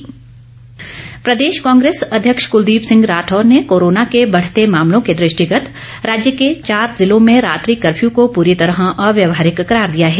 कांग्रेस प्रदेश कांग्रेस अध्यक्ष कुलदीप सिंह राठौर ने कोरोना के बढ़ते मामलों के दृष्टिगत राज्य के चार जिलों में रात्रि कफ्यू को पूरी तरह अव्यवहारिक करार दिया है